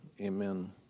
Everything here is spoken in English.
amen